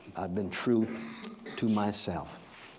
been true to myself.